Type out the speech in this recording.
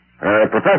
Professor